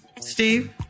Steve